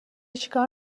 چیکار